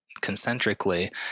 concentrically